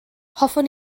hoffwn